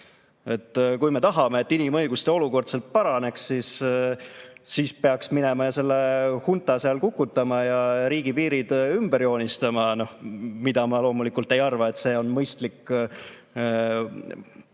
Kui me tahame, et inimõiguste olukord seal paraneks, siis peaks minema ja selle hunta kukutama ja riigipiirid ümber joonistama. Ma loomulikult ei arva, et oleks mõistlik